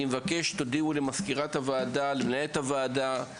אני מבקש שתודיעו על איפה זה עומד למזכירת הוועדה ולמנהלת הוועדה,